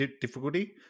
difficulty